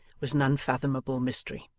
was an unfathomable mystery.